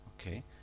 Okay